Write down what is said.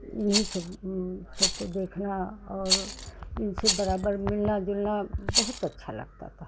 यही सब सबको देखना और इनसे बराबर मिलना जुलना बहुत अच्छा लगता था